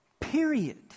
Period